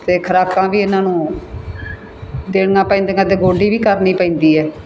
ਅਤੇ ਖੁਰਾਕਾਂ ਵੀ ਇਹਨਾਂ ਨੂੰ ਦੇਣੀਆਂ ਪੈਂਦੀਆਂ ਅਤੇ ਗੋਡੀ ਵੀ ਕਰਨੀ ਪੈਂਦੀ ਹੈ